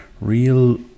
real